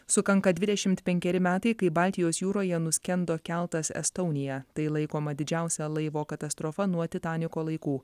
sukanka dvidešimt penkeri metai kai baltijos jūroje nuskendo keltas estonia tai laikoma didžiausia laivo katastrofa nuo titaniko laikų